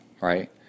right